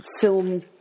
film